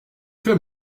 fais